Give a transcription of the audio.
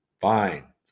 Fine